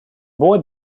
boy